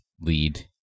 lead